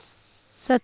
सत्त